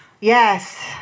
yes